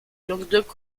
languedoc